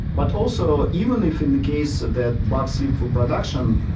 but also, even if in the case that bugs slip through production,